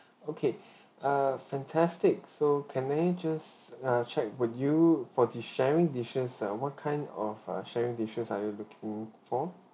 okay err fantastic so can I just uh check with you for the sharing dishes uh what kind of uh sharing dishes are you looking for